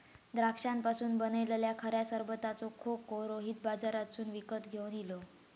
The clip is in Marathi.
द्राक्षांपासून बनयलल्या खऱ्या सरबताचो खोको रोहित बाजारातसून विकत घेवन इलो